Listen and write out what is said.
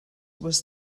was